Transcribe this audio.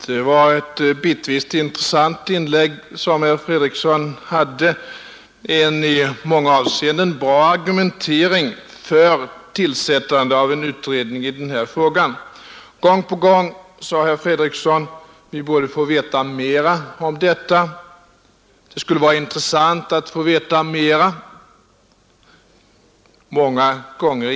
Fru talman! Det var ett bitvis intressant inlägg som herr Fredriksson gjorde, en i många avseenden bra argumentering för tillsättande av en utredning i denna fråga. Gång på gång sade herr Fredriksson att det skulle vara intressant att få veta mera om detta.